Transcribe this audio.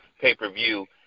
pay-per-view